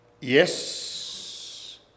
Yes